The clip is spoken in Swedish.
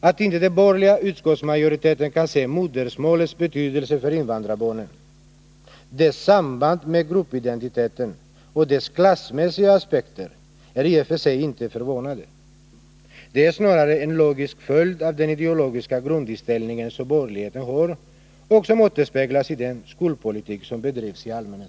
Att inte den borgerliga utskottsmajoriteten kan inse modersmålets betydelse för invandrarbarnen, dess samband med gruppidentiteten och dess klassmässiga aspekter är i och för sig inte förvånande. Det är snarare en logisk följd av den ideologiska grundinställning som borgerligheten har och som återspeglas i den skolpolitik som bedrivs i allmänhet.